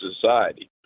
society